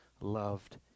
loved